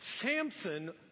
Samson